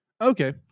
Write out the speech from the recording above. Okay